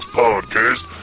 podcast